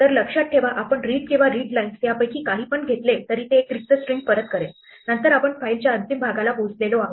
तर लक्षात ठेवा आपण read किंवा readlines यापैकी काही पण घेतले तरी ते एक रिक्त स्ट्रिंग परत करेल नंतर आपण फाईलच्या अंतिम भागाला पोहोचलेलो आहे